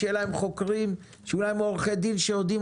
שיהיו להם חוקרים ועורכי דין שיודעים